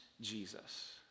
Jesus